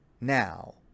now